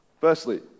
Firstly